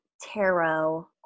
tarot